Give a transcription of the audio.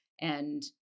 and-